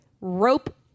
rope